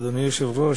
אדוני היושב-ראש,